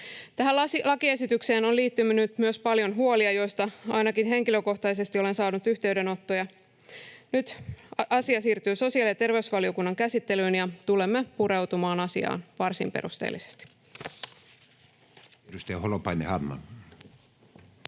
Tähän lakiesitykseen on liittynyt myös paljon huolia, joista ainakin henkilökohtaisesti olen saanut yhteydenottoja. Nyt asia siirtyy sosiaali- ja terveysvaliokunnan käsittelyyn, ja tulemme pureutumaan asiaan varsin perusteellisesti.